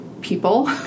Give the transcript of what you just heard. people